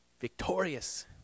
victorious